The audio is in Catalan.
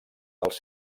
dels